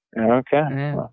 Okay